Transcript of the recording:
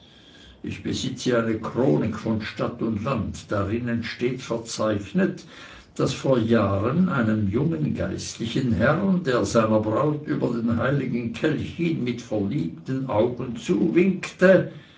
ich besitze eine chronik von stadt und land darinnen steht verzeichnet daß vor jahren einem jungen geistlichen herrn der seiner braut über den heiligen kelch hin mit verliebten augen zuwinkte